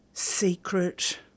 Secret